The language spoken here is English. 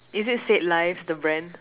is it st-ives the brand